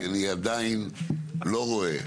כי אני עדיין לא רואה.